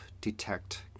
detect